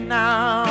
now